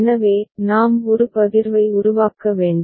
எனவே நாம் ஒரு பகிர்வை உருவாக்க வேண்டும்